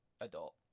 adult